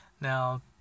Now